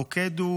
המוקד הוא